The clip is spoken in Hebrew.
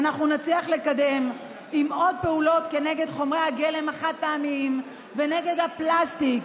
נצליח לקדם עם עוד פעולות נגד חומרי הגלם החד-פעמיים ונגד הפלסטיק.